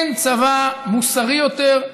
אין צבא מוסרי יותר,